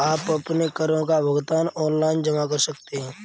आप अपने करों का भुगतान ऑनलाइन जमा कर सकते हैं